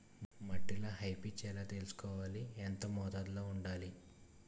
మట్టిలో పీ.హెచ్ ఎలా తెలుసుకోవాలి? ఎంత మోతాదులో వుండాలి?